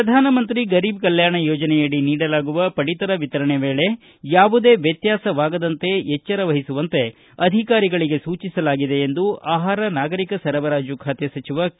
ಪ್ರಧಾನಮಂತ್ರಿ ಗರೀಬ್ ಕಲ್ವಾಣ ಯೋಜನೆಯಡಿ ನೀಡಲಾಗುವ ಪಡಿತರ ವಿತರಣೆ ವೇಳೆ ಯಾವುದೇ ವ್ಯತ್ತಾಸವಾಗದಂತೆ ಎಚ್ಚರ ವಹಿಸಬೇಕು ಅಧಿಕಾರಿಗಳಿಗೆ ಸೂಚಿಸಲಾಗಿದೆ ಎಂದು ಎಂದು ಆಹಾರ ನಾಗರಿಕ ಸರಬರಾಜು ಖಾತೆ ಸಚಿವ ಕೆ